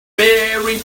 barry